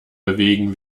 bewegen